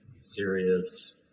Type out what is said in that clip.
serious